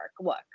Look